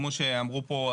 כמו שאמרו פה,